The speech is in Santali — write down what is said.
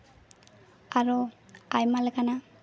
ᱟᱨᱚ ᱟᱭᱢᱟ ᱞᱮᱠᱟᱱᱟᱜ